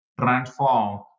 transform